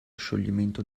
scioglimento